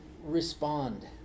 respond